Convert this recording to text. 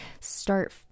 start